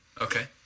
Okay